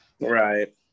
Right